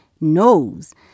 knows